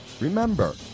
Remember